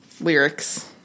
lyrics